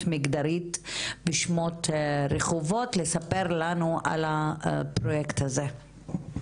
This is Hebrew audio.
מגדרית בשמות רחובות לספר לנו על הפרויקט הזה.